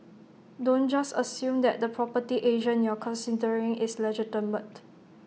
don't just assume that the property agent you're considering is legitimate